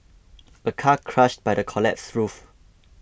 a car crushed by the collapsed roof